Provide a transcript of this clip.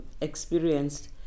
experienced